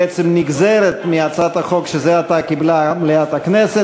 שבעצם נגזרת מהצעת החוק שזה עתה קיבלה מליאת הכנסת,